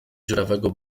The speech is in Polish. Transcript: dziurawego